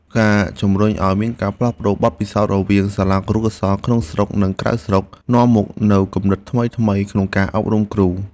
ការជំរុញឱ្យមានការផ្លាស់ប្តូរបទពិសោធន៍រវាងសាលាគរុកោសល្យក្នុងស្រុកនិងក្រៅស្រុកនាំមកនូវគំនិតថ្មីៗក្នុងការអប់រំគ្រូ។